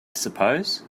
suppose